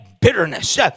bitterness